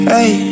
Hey